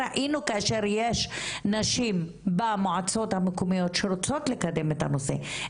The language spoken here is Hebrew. ראינו כאשר יש נשים במועצות המקומיות שרוצות לקדם את הנושא,